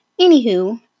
Anywho